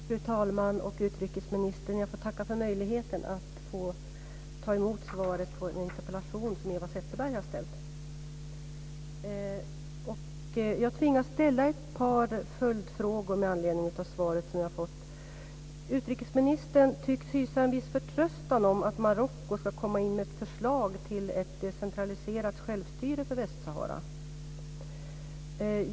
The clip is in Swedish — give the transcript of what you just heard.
Fru talman! Utrikesministern! Jag får tacka för möjligheten att få ta emot svaret på en interpellation som Eva Zetterberg har ställt. Jag tvingas ställa ett par följdfrågor med anledning av det svar jag har fått. Utrikesministern tycks hysa en viss förtröstan om att Marocko ska komma in med ett förslag till ett decentraliserat självstyre för Västsahara.